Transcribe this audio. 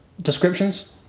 descriptions